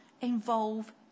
involve